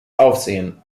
aufsehen